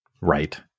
Right